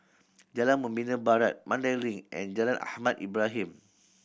Jalan Membina Barat Mandai Link and Jalan Ahmad Ibrahim